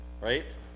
right